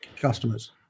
customers